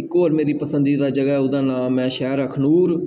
इक्को होर मेरी पसंदिदा जगह् ऐ ओह्दा नांऽ अखनूर